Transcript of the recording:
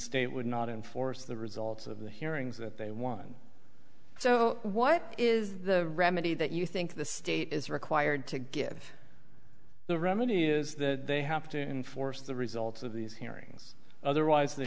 state would not enforce the results of the hearings that they won so what is the remedy that you think the state is required to give the remedy is that they have to enforce the results of these hearings otherwise the